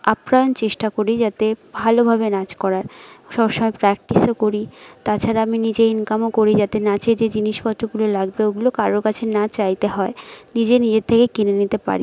আপ্রাণ চেষ্টা করি যাতে ভালোভাবে নাচ করার সবসময় প্র্যাক্টিসও করি তাছাড়া আমি নিজে ইনকামও করি যাতে নাচে যে জিনিসপত্রগুলো লাগবে ওগুলো কারো কাছে না চাইতে হয় নিজে নিজের থেকে কিনে নিতে পারি